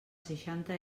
seixanta